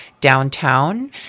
downtown